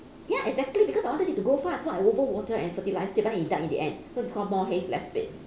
ya exactly because I wanted it to grow fast so I over water and fertilised it then it died in the end so it's called more haste less speed